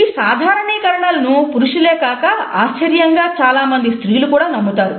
ఈ సాధారణీకరణలను పురుషులే కాక ఆశ్చర్యంగా చాలామంది స్త్రీలు కూడా నమ్ముతారు